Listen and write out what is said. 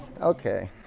Okay